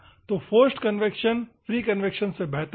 तो forced convection free convection से बेहतर है